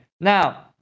now